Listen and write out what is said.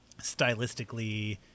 stylistically